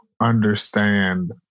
understand